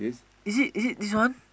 is it is it this one